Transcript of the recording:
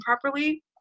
properly